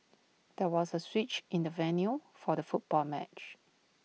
there was A switch in the venue for the football match